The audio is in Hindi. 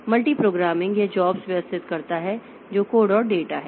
इसलिए मल्टी प्रोग्रामिंग यह जॉब्स व्यवस्थित करता है जो कोड और डेटा है